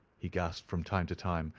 he gasped from time to time.